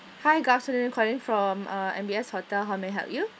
hi good afternoon calling from uh M_B_S hotel how may I help you